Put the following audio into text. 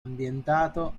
ambientato